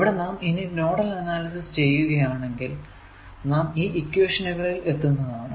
ഇവിടെ നാം ഇനി നോഡൽ അനാലിസിസ് ചെയ്യുകയാണേൽ നാം ഈ ഇക്വേഷനുകളിൽ എത്തുന്നതാണ്